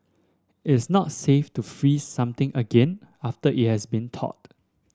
it is not safe to freeze something again after it has been thawed